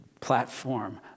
platform